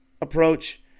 approach